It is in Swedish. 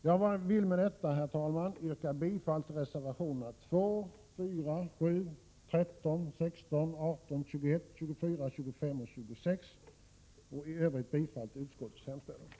Jag vill med detta, herr talman, yrka bifall till reservationerna 2, 4,7, 8, 10, 13, 16, 18, 21, 24, 25 och 26 och i övrigt bifall till utskottets hemställan.